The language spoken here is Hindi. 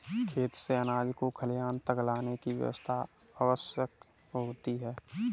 खेत से अनाज को खलिहान तक लाने की व्यवस्था आवश्यक होती है